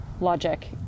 logic